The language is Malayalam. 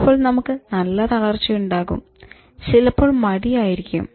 ചിലപ്പോൾ നമുക്ക് നല്ല തളർച്ചയുണ്ടാകും ചിലപ്പോൾ മടി ആയിരിക്കും